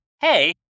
Hey